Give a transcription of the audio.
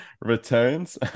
returns